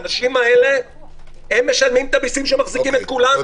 האנשים האלה משלמים את המיסים שמחזיקים את כולנו.